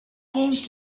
games